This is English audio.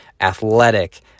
athletic